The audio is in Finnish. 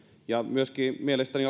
mielestäni